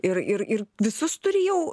ir ir ir visus turi jau